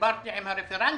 דיברתי עם הרפרנטית,